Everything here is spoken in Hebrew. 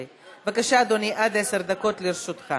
בבקשה, אדוני, עד עשר דקות לרשותך.